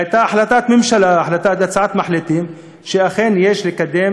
הייתה החלטת ממשלה, הצעת מחליטים, שאכן יש לקדם